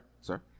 sir